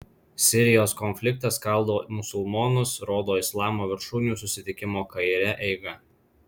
sirijos konfliktas skaldo musulmonus rodo islamo viršūnių susitikimo kaire eiga